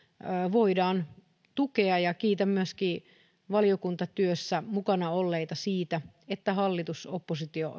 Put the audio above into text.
voidaan tukea ja kiitän myöskin valiokuntatyössä mukana olleita siitä että hallitus oppositio